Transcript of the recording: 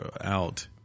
out